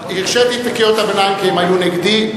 הרשיתי את קריאות הביניים כי הן היו נגדי.